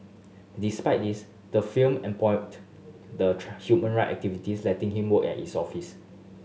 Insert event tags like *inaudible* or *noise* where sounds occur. despite this the firm employed the *unintelligible* human right activists letting him work at its office